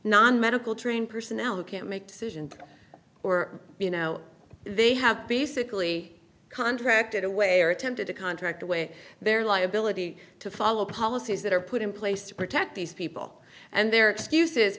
non medical trained personnel who can't make decisions or you know they have basically contracted away or attempted to contract away their liability to follow policies that are put in place to protect these people and their excuse